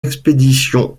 expédition